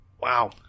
Wow